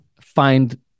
find